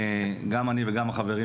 גם אני וגם החברים,